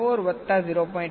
4 વત્તા 0